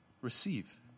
receive